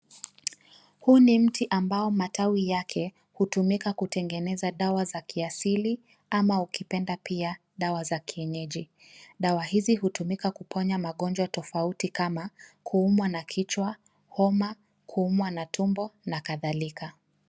Huu ni mti ambao matawi yake yanatumika kutengeneza dawa za kiasili ama ukipenda pia dawa za kienyeji , dawa hizi hutumika kuponya magonjwa tofauti kama kuumwa na kichwa, homa , kuumwa na tumbo nakadhalika.